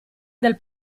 del